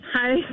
Hi